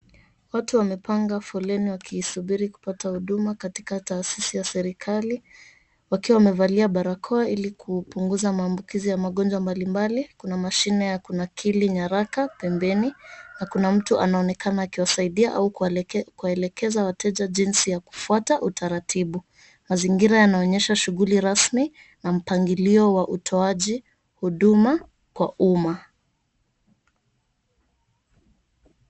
Watu wamepanga foleni wakisubiri kupata huduma katika taasisi ya serikali. Wakiwa wamevalia barakoa ili kupunguza maambukizi ya magonjwa mbalimbali. Kuna mashine ya kunakili nyaraka pembeni na kuna mtu anayeonekana akiwasaidia au kuwaelekeza wateja jinsi ya kufwata utaratibu. Mazingira yanaonyesha shughuli rasmi na mpangilio wa utoaji huduma kwa umma.